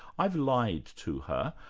i've lied to her,